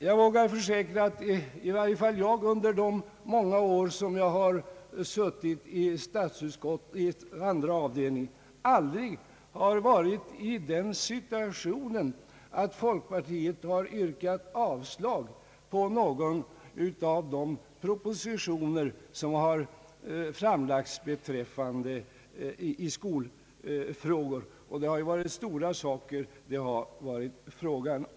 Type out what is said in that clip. Jag vågar försäkra att jag i varje fall under de många år, som jag har suttit i statsutskottets andra avdelning, aldrig har varit i den situationen att folkpartiet har yrkat avslag på någon av de propositioner som har framlagts i skolfrågor. Ändå har det ju varit fråga om stora saker.